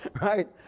right